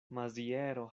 maziero